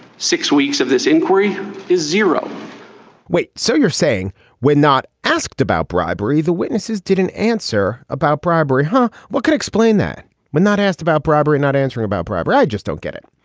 six weeks of this inquiry is zero wait so you're saying we're not asked about bribery the witnesses didn't answer about bribery huh. what could explain that that asked about bribery not answering about bribery. i just don't get it.